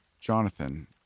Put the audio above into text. Jonathan